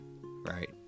Right